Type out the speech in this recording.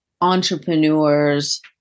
entrepreneurs